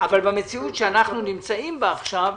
אבל במציאות שאנחנו נמצאים בה עכשיו,